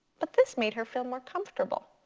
but this made her feel more comfortable.